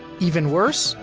even worse,